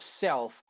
self